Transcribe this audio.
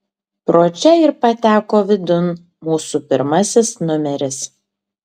pro čia ir pateko vidun mūsų pirmasis numeris